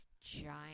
giant